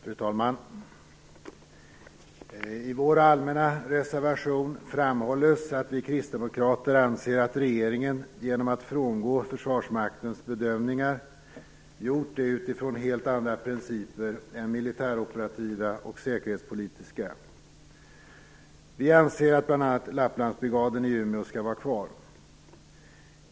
Fru talman! I våra allmänna reservation framhålls att vi kristdemokrater anser att regeringen frångått Försvarsmaktens bedömningar utifrån helt andra principer än militäroperativa och säkerhetspolitiska. Vi anser att bl.a. Lapplandsbrigaden i Umeå skall vara kvar.